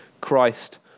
Christ